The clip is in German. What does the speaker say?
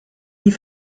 die